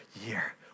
year